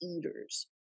eaters